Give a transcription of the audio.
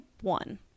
one